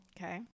Okay